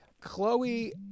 Chloe